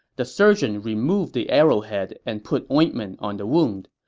the surgeon removed the arrow head and put ointment on the wound.